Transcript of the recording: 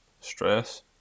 stress